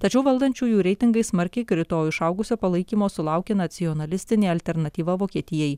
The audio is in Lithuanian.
tačiau valdančiųjų reitingai smarkiai krito išaugusio palaikymo sulaukė nacionalistinė alternatyva vokietijai